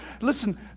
Listen